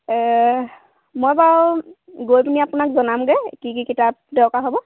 মই বাৰু গৈ পেনি আপোনাক জনামগৈ কি কি কিতাপ দৰকাৰ হ'ব